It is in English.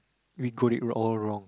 we got it wrong all wrong